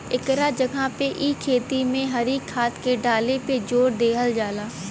एकरा जगह पे इ खेती में हरी खाद के डाले पे जोर देहल जाला